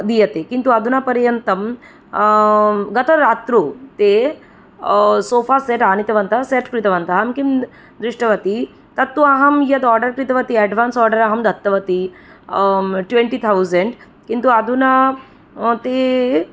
दीयते किन्तु अधुना पर्यन्तं गतरात्रौ ते सोफ़ा सेट् आनीतवन्तः सेट् कृतवन्तः अहं किं दृष्टवती तत्तु अहं यत् आर्डर् कृतवती एड्वान्स् आर्डर् अहं दत्तवती ट्वेण्टी तौज़ेण्ड् किन्तु अधुना ते